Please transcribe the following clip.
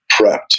prepped